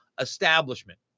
establishment